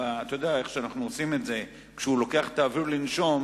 אתה יודע איך אנחנו עושים את זה: כשהוא לוקח את האוויר לנשום,